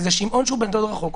איזה שמעון שהוא בן דוד רחוק,